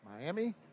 Miami